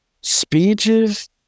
speeches